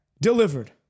delivered